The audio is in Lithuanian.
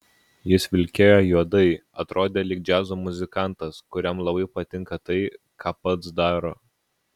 jis vilkėjo juodai atrodė lyg džiazo muzikantas kuriam labai patinka tai ką pats daro